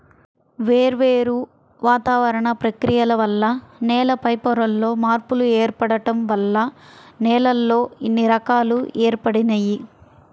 వేర్వేరు వాతావరణ ప్రక్రియల వల్ల నేల పైపొరల్లో మార్పులు ఏర్పడటం వల్ల నేలల్లో ఇన్ని రకాలు ఏర్పడినియ్యి